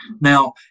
Now